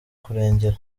kurengera